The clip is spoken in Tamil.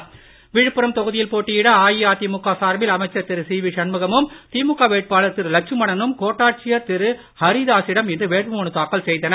விழுப்புரம் தொகுதியில் போட்டியிட அதிமுக சார்பில் அமைச்சர் திரு சிவி சண்முகமும் திமுக வேட்பாளர் திரு லட்சுமணனும் கோட்டாட்சியர் திரு ஹரிதாசிடம் இன்று வேட்பு மனு தாக்கல் செய்தனர்